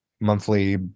monthly